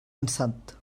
ansat